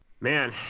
Man